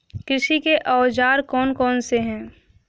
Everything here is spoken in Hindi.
कृषि के औजार कौन कौन से हैं?